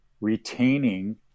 retaining